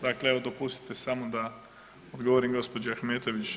Dakle dopustite samo da odgovorim gospođi Ahmetović.